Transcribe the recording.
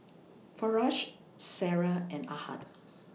Firash Sarah and Ahad